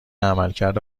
عملکرد